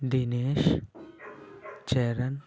Dinesh Charan